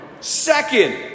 Second